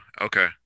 Okay